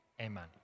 Amen